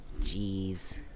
Jeez